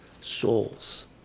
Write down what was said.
souls